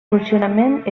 funcionament